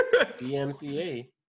DMCA